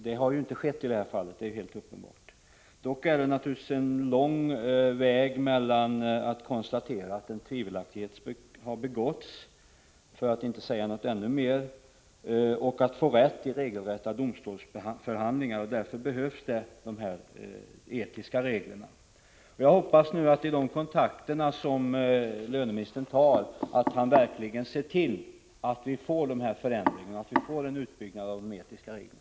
Det har inte skett i detta fall, det är helt uppenbart. Dock är det naturligtvis en lång väg mellan att konstatera att en tvivelaktighet har begåtts, för att inte säga något ännu mer, och att få rätt i regelrätta domstolsförhandlingar. Därför behövs de etiska reglerna. Jag hoppas att löneministern vid de kontakter han tar verkligen ser till att vi får dessa förändringar så att vi får en utbyggnad av de etiska reglerna.